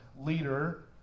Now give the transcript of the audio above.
leader